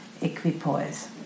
equipoise